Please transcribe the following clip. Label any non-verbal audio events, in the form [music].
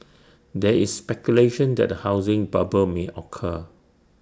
[noise] there is speculation that A housing bubble may occur